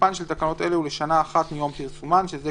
תוקפן של תקנות אלה לשנה אחת מיום פרסומן." זה,